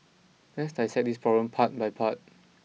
let's dissect this problem part by part